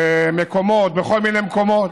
במקומות, בכל מיני מקומות.